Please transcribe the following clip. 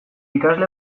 ikasle